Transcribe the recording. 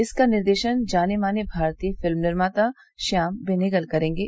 इसका निर्देशन जाने माने भारतीय फिल्म निर्माता श्याम बेनेगल करेंगे